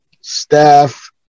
staff